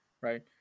right